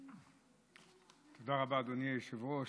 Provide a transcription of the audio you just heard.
תודה רבה, אדוני היושב-ראש.